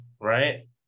right